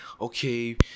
okay